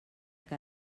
que